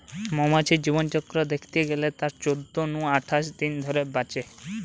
মৌমাছির জীবনচক্র দ্যাখতে গেলে তারা চোদ্দ নু আঠাশ দিন ধরে বাঁচে